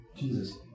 Jesus